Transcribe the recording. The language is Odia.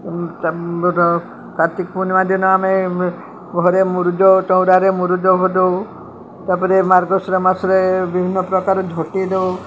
ତାର କାର୍ତ୍ତିକ ପୂର୍ଣ୍ଣିମା ଦିନ ଆମେ ଘରେ ମୁରୁଜ ଚଉରାରେ ମୁରୁଜ ଦଉ ତାପରେ ମାର୍ଗଶୀର ମାସରେ ବିଭିନ୍ନ ପ୍ରକାର ଝୋଟି ଦଉ